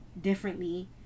differently